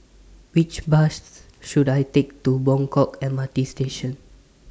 Which Bus should I Take to Buangkok M R T Station